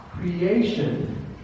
creation